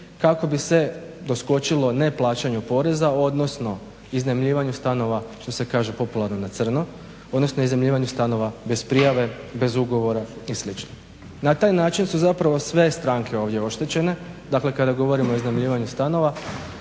kako bi se doskočilo neplaćanju poreza, odnosno iznajmljivanju stanova što se kaže popularno na crno, odnosno iznajmljivanju stanova bez prijave, bez ugovora i slično. Na taj način su zapravo sve stranke ovdje oštećene, dakle kada govorimo o iznajmljivanju stanova,